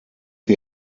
wir